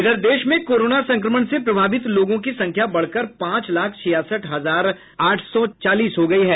देश में कोरोना संक्रमण से प्रभावित लोगों की संख्या बढ़कर पांच लाख छियासठ हजार आठ सौ चालीस हो गई है